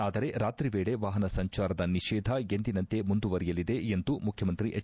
ಆದರೆ ರಾತ್ರಿ ವೇಳೆ ವಾಹನ ಸಂಚಾರದ ನಿಷೇಧ ಎಂದಿನಂತೆ ಮುಂದುವರಿಯಲಿದೆ ಎಂದು ಮುಖ್ಯಮಂತ್ರಿ ಎಚ್